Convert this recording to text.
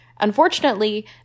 Unfortunately